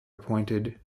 appointed